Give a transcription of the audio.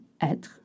être